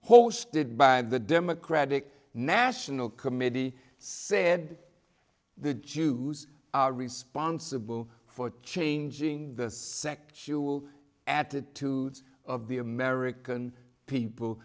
hosted by the democratic national committee said the jews are responsible for changing the sexual attitudes of the american people